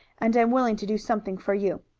and am willing to do something for you.